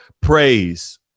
praise